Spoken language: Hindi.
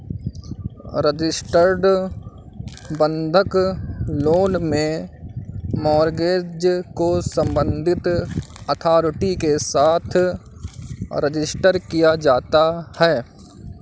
रजिस्टर्ड बंधक लोन में मॉर्गेज को संबंधित अथॉरिटी के साथ रजिस्टर किया जाता है